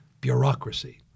bureaucracy